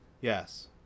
Yes